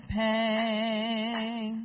pain